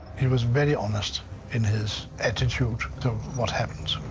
he was very honest in his attitude to what happened.